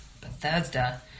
Bethesda